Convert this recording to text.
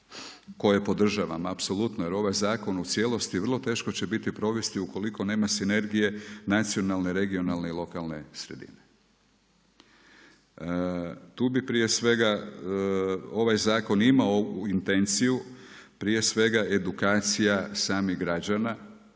koje podržavam apsolutno, jer ovaj zakon u cijelosti vrlo teško će biti provesti ukoliko nema sinergije nacionalne, regionalne i lokalne sredine. Tu bih prije svega ovaj zakon imao intenciju prije svega edukacija samih građana